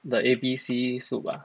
the A_B_C soup ah